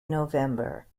november